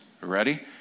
Ready